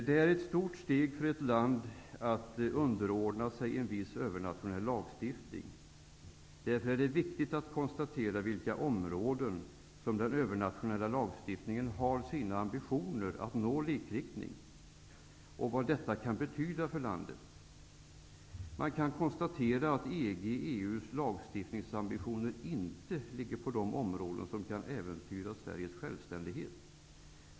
Det är ett stort steg för ett land att underordna sig en viss övernationell lagstiftning. Därför är det viktigt att konstatera på vilka områden som den övernationella lagstiftningen har sina ambitioner att nå likriktning och vad detta kan betyda för landet. Man kan konstatera att EG/EU:s lagstiftningsambitioner inte ligger på de områden som kan äventyra Sveriges självständighet.